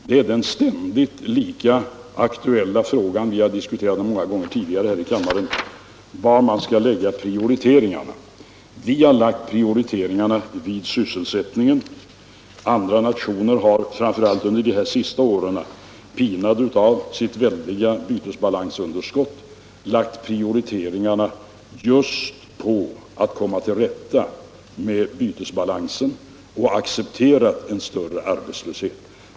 Den ständigt aktuella frågan — vi har diskuterat den många gånger tidigare här i kammaren — är vad man skall prioritera. Vi har prioriterat sysselsättningen. Andra nationer har — framför allt under de senaste åren då de varit pinade av sina väldiga bytesbalansunderskott — prioriterat åtgärder för att komma till rätta med bytesbalansen och accepterat en större arbetslöshet.